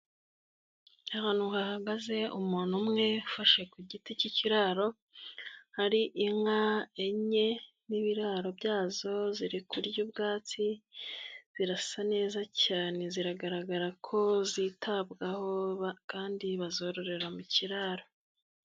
Ahantu hahagaze umuntu umwe ufashe ku giti cy'ikiraro, hari inka enye, n'ibiraro byazo ziriku kurya ubwatsi, zirasa neza cyane, zigaragara ko zitabwaho kandi bazororera mu kiraro.